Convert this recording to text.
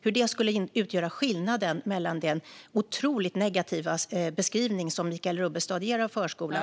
Hur skulle det utgöra skillnaden i den otroligt negativa beskrivning som Michael Rubbestad ger av förskolan?